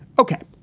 ok.